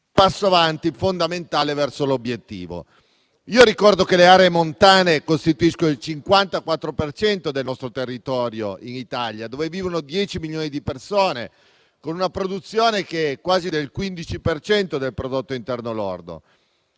passo avanti fondamentale verso l'obiettivo. Ricordo che le aree montane costituiscono il 54 per cento del territorio italiano, dove vivono 10 milioni di persone, con una produzione che è quasi del 15 per cento del prodotto interno lordo.